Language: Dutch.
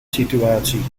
situatie